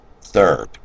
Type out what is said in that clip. Third